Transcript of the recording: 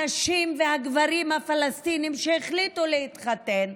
הנשים והגברים הפלסטינים שהחליטו להתחתן,